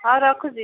ହଉ ରଖୁଛି